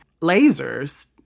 lasers